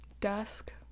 dusk